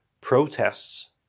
protests